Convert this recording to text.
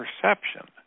perception